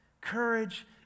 Courage